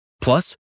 Plus